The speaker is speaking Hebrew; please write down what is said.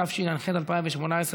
התשע"ח 2018,